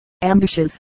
ambushes